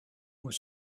was